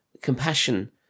compassion